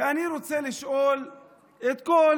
ואני רוצה לשאול את כל